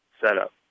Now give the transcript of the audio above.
setup